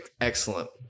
excellent